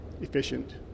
efficient